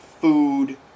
food